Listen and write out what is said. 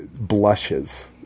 blushes